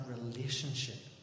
relationship